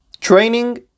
training